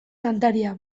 kantaria